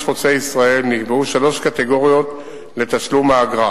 חוצה-ישראל נקבעו שלוש קטגוריות לתשלום האגרה: